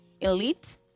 elite